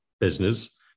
business